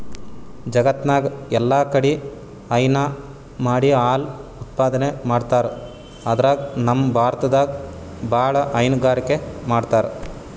ಜಗತ್ತ್ನಾಗ್ ಎಲ್ಲಾಕಡಿ ಹೈನಾ ಮಾಡಿ ಹಾಲ್ ಉತ್ಪಾದನೆ ಮಾಡ್ತರ್ ಅದ್ರಾಗ್ ನಮ್ ಭಾರತದಾಗ್ ಭಾಳ್ ಹೈನುಗಾರಿಕೆ ಮಾಡ್ತರ್